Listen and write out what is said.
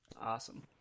awesome